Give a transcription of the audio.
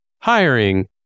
hiring